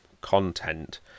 content